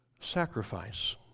sacrifice